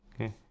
okay